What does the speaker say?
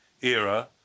era